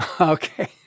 Okay